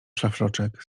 szlafroczek